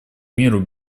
миру